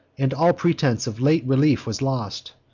and all pretense of late relief was lost.